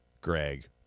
Greg